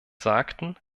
sagten